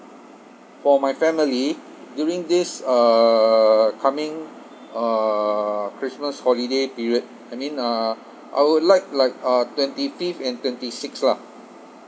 for my family during this uh coming uh christmas holiday period I mean uh I would like like uh twenty fifth and twenty sixth lah